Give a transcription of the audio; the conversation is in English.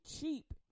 cheap